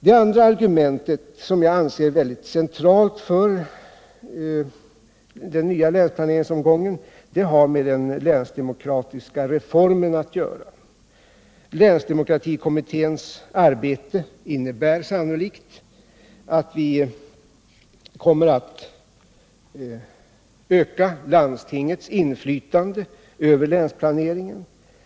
Det andra argumentet, som jag anser vara centralt för den nya länsplaneringsomgången, har med den länsdemokratiska reformen att göra. Länsdemokratikommitténs arbete innebär sannolikt att det kommer att öka landstingens inflytande över länsplaneringen.